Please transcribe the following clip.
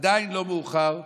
עדיין לא מאוחר לגמרי,